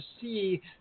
see